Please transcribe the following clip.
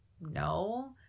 no